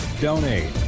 donate